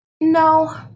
no